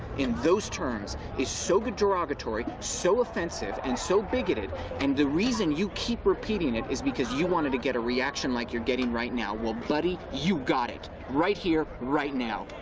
in those terms is so derogatory, so offensive and so bigoted and the reason you keep repeating it is because you wanted to get a reaction like you're getting right now. well, buddy, you got it! right here, right now!